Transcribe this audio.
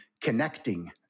connecting